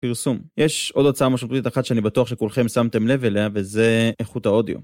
פרסום. יש עוד הוצאה משמעותית אחת שאני בטוח שכולכם שמתם לב אליה וזה איכות האודיו.